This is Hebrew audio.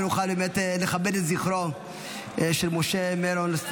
ונוכל לכבד את זכרו של משה מרון.